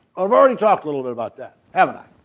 i've already talked a little bit about that haven't i?